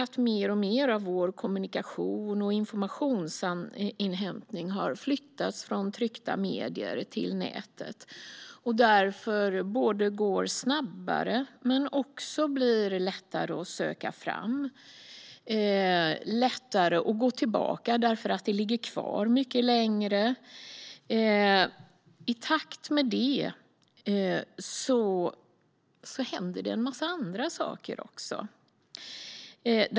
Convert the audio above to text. Vår kommunikation och informationsinhämtning har alltmer flyttats från tryckta medier till nätet. Det går både snabbare och lättare att söka fram och gå tillbaka till information eftersom den ligger kvar längre. I takt med detta händer det en massa annat.